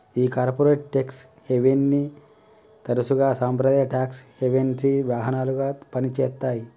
ఈ corporate tax హేవెన్ని తరసుగా సాంప్రదాయ టాక్స్ హెవెన్సి వాహనాలుగా పని చేత్తాయి